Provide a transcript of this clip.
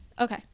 Okay